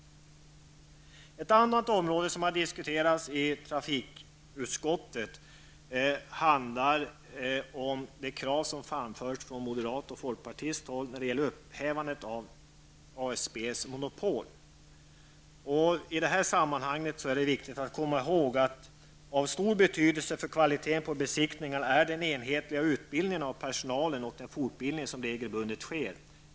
Ett annat område som diskuterats i trafikutskottet handlar om krav som framförs från moderat och folkpartihåll om upphävande av ASBs monopol. I det här sammanhanget är det viktigt att komma ihåg att av stor betydelse för kvaliteten på besiktningarna är den enhetliga utbildningen av personalen och den fortbildning som regelbundet sker.